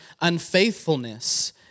unfaithfulness